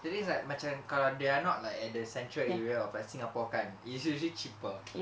that means like macam kalau they are not like at the central area of singapore kan it's usually cheaper